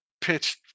pitched